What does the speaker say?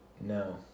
No